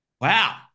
Wow